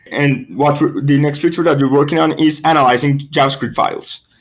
and what the next feature that we're working on is analyzing javascript files.